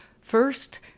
First